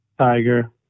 tiger